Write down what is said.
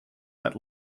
that